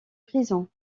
prison